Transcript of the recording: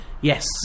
Yes